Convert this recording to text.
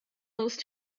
close